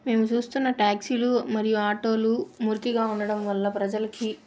మేము చూస్తున్న ట్యాక్సీలు మరియు ఆటోలు మురికిగా ఉండడం వల్ల ప్రజలకి